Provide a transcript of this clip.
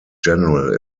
general